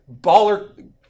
baller